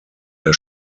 der